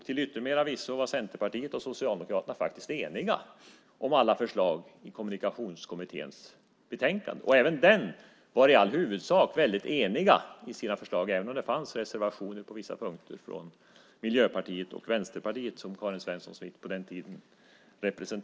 Till yttermera visso var Centerpartiet och Socialdemokraterna faktiskt eniga om alla förslag i Kommunikationskommitténs betänkande. Även den var i huvudsak väldigt enig i sina förslag även om det fanns reservationer på vissa punkter från Miljöpartiet och Vänsterpartiet. Karin Svensson Smith representerade på den tiden Vänsterpartiet.